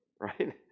Right